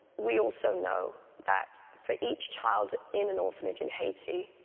we also know that for each child in an orphanage in haiti,